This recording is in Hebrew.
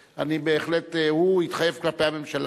הוא התחייב כלפי הממשלה,